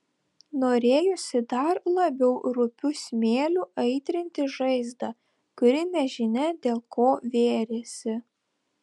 norėjosi dar labiau rupiu smėliu aitrinti žaizdą kuri nežinia dėl ko vėrėsi